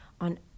on